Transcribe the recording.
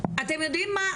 אתם יודעים מה,